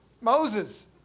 Moses